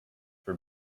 for